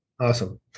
Awesome